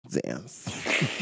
dance